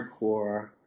hardcore